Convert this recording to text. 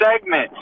segment